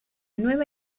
nueva